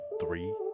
three